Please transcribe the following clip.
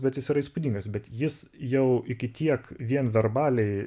bet jis yra įspūdingas bet jis jau iki tiek vien verbaliai